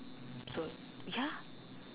so ya